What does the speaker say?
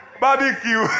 Barbecue